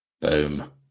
Boom